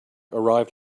arrived